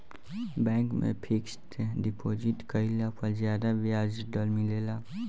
bank में fixed deposit कईला पर ज्यादा ब्याज दर मिलेला